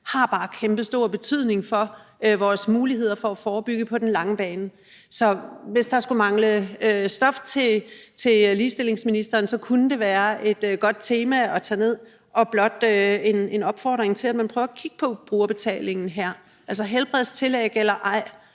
har bare kæmpestor betydning for vores muligheder for at forebygge på den lange bane. Så hvis der skulle mangle stof til ligestillingsministeren, kunne det være et godt tema at tage ned. Det er blot en opfordring til, at man her prøver at kigge på brugerbetalingen. Uanset om der er helbredstillæg eller ej,